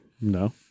no